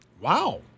Wow